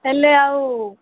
ହେଲେ ଆଉ